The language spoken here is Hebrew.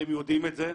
הם יודעים את זה,